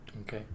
Okay